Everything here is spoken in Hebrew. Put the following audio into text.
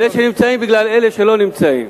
באלה שנמצאים בגלל אלה שלא נמצאים.